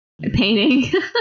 painting